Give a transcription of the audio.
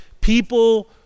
people